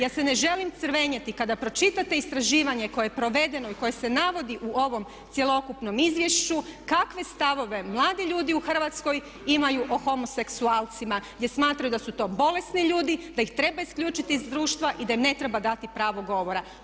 Ja se ne želim crvenjeti kada pročitate istraživanje koje je provedeno i koje se navodi u ovom cjelokupnom izvješću kakve stavove mladi ljudi u Hrvatskoj imaju o homoseksualcima gdje smatraju da su to bolesni ljudi, da ih treba isključiti iz društva i da ne treba dati pravo govora.